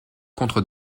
contre